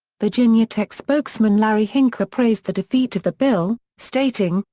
virginia tech spokesman larry hincker praised the defeat of the bill, stating,